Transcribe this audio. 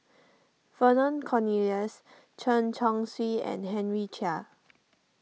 Vernon Cornelius Chen Chong Swee and Henry Chia